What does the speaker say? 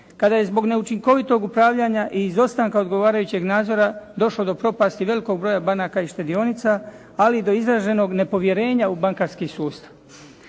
kada je zbog neučinkovitog upravljanja i izostanka odgovarajućeg nadzora došlo do propasti velikog broja banaka i štedionica ali i do izraženog nepovjerenja u bankarski sustav.